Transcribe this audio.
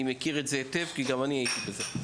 אני מכיר את זה היטב כי גם אני הייתי בזה.